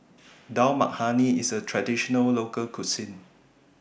Dal Makhani IS A Traditional Local Cuisine